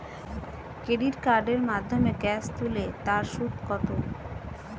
Credit কার্ডের মাধ্যমে cash তুলে তার সুদ কত?